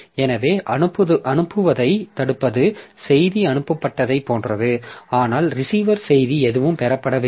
எனவே அனுப்புவதைத் தடுப்பது செய்தி அனுப்பப்பட்டதைப் போன்றது ஆனால் ரிசீவர் செய்தி எதுவும் பெறப்படவில்லை